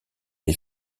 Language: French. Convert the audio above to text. des